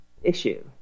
issue